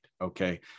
Okay